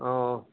অঁ